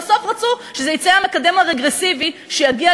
ובסוף רצו שזה יצא המקדם הרגרסיבי שיגיע